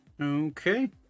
okay